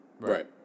Right